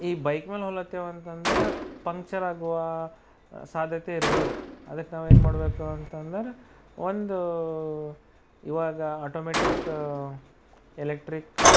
ಈ ಬೈಕ್ ಮೇಲೆ ಹೋಗ್ಲತ್ತೇವೆ ಅಂತಂದರೆ ಪಂಚರಾಗುವ ಸಾಧ್ಯತೆ ಇರಬಹುದು ಅದಕ್ಕೆ ನಾವು ಏನು ಮಾಡಬೇಕು ಅಂತಂದರೆ ಒಂದು ಇವಾಗ ಆಟೋಮೆಟಿಕ್ಕ ಎಲೆಕ್ಟ್ರಿಕ್